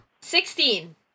Sixteen